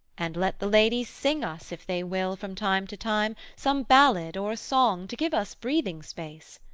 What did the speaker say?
and let the ladies sing us, if they will, from time to time, some ballad or a song to give us breathing-space